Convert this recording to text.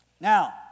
Now